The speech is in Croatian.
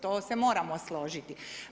To se moramo složiti.